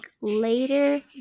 later